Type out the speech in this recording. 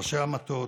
ראשי המטות,